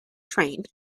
train